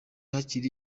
yakira